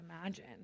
Imagine